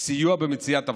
סיוע במציאת עבודה.